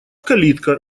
калитка